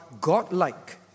godlike